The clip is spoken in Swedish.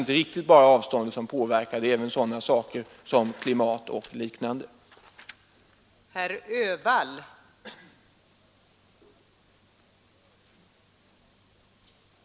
Det är inte bara avståndet som inverkar utan även klimat och liknande faktorer.